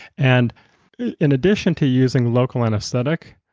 and in addition to using local anesthetic,